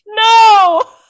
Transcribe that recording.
No